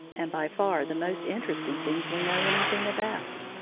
and by far the most interesting things we know anything about.